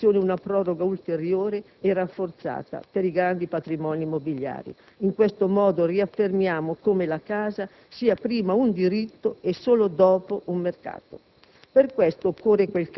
Cogliamo con soddisfazione una proroga ulteriore e rafforzata per i grandi patrimoni immobiliari: in questo modo riaffermiamo come la casa sia prima un diritto e solo dopo un mercato.